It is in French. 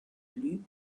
plus